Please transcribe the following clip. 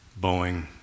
Boeing